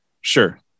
sure